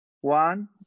One